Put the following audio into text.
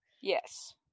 yes